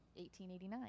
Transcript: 1889